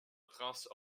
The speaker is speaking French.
prince